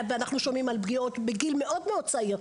אנחנו שומעים על פגיעות בגיל מאוד צעיר,